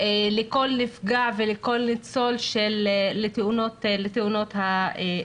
לכל נפגע ולכל ניצול של תאונת עבודה.